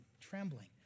trembling